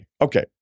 Okay